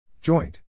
Joint